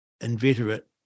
inveterate